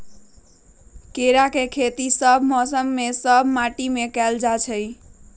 केराके खेती सभ मौसम में सभ माटि में कएल जाइ छै